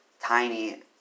tiny